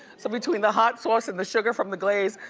so between the hot sauce and the sugar from the glaze,